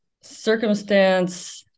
circumstance